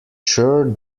sure